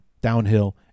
downhill